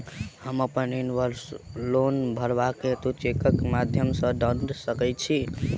हम अप्पन ऋण वा लोन भरबाक हेतु चेकक माध्यम सँ दऽ सकै छी?